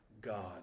God